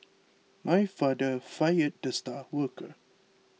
my father fired the star worker